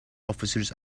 officers